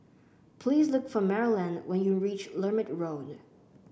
please look for Maryellen when you reach Lermit Road